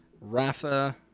Rafa